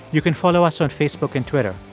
you can follow us on facebook and twitter.